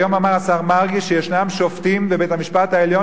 היום אמר השר מרגי שישנם שופטים בבית-המשפט העליון